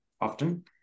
often